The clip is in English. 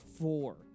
four